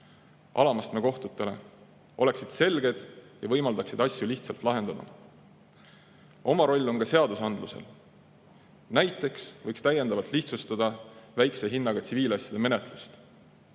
alama astme kohtutele oleksid selged ja võimaldaksid asju lihtsalt lahendada. Oma roll on ka seadusandlusel. Näiteks võiks täiendavalt lihtsustada väikese hinnaga tsiviilasjade menetlust.